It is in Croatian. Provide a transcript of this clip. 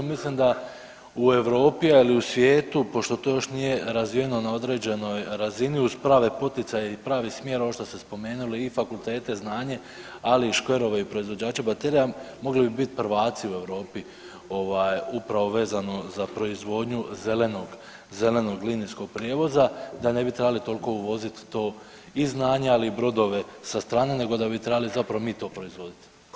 Mislim da u Europi, ali i u svijetu pošto to još nije razvijeno na određenoj razini uz prave poticaje i pravi smjer ovo što ste spomenuli i fakultete i znanje, ali i škverove i proizvođače baterija mogli bi bit prvaci u Europi ovaj upravo vezano za proizvodnju zelenog, zelenog linijskog prijevoza, da ne bi trebali toliko uvozit to i znanje, ali i brodove sa strane nego da bi trebali zapravo mi to proizvodit.